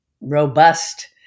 robust